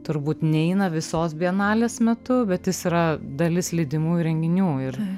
turbūt neina visos bienalės metu bet jis yra dalis lydimųjų renginių ir